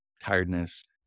tiredness